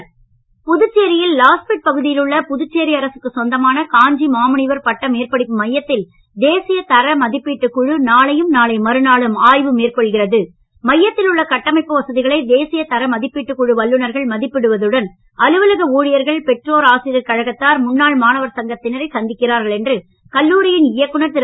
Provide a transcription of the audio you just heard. தேசியதரமதிப்பீட்டுக்குழுஆய்வு புதுச்சேரியில் லாஸ்பேட் பகுதியில் உள்ள புதுச்சேரி அரசுக்கு சொந்தமான காஞ்சி மாமுனிவர் பட்டமேற்படிப்பு மையத்தில் தேசியத் தர மதிப்பீட்டுக் குழு நாளையும் நாளை மறுநாளும்ஆய்வுமேற்கொள்கிறது மையத்தில் உள்ள கட்டமைப்பு வசதிகளை தேசியத் தர மதிப்பீட்டுக் குழு வல்லுநர்கள் மதிப்பிடுவதுடன் அலுவலகஊழியர்கள் பெற்றோர் ஆசிரியர் கழகத்தார் முன்னாள் மாணவர் சங்கத்தினரை சந்திக்கிறார்கள் என்று கல்லூரியின் இயக்குநர் திரு